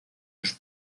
los